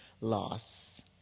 loss